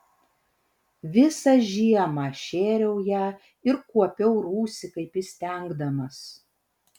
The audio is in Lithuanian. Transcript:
visą žiemą šėriau ją ir kuopiau rūsį kaip įstengdamas